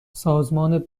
سازمان